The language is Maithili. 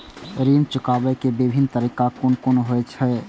ऋण चुकाबे के विभिन्न तरीका कुन कुन होय छे?